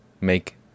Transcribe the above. make